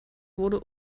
wurde